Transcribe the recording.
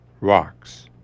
rocks